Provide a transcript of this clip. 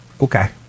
okay